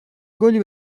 گلی